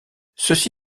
ceci